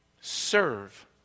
serve